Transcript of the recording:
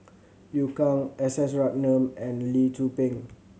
Liu Kang S S Ratnam and Lee Tzu Pheng